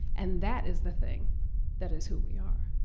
and that is the thing that is who we are.